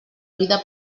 vida